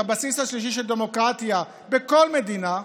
את הבסיס השלישי של דמוקרטיה בכל מדינה,